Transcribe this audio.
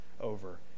over